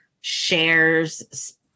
shares